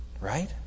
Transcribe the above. Right